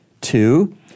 Two